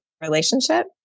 relationship